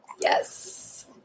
Yes